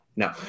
No